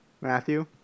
matthew